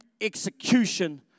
execution